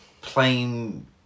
plain